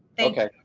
thank ah